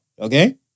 okay